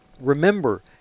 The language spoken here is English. Remember